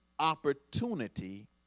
opportunity